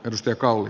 jos joka ui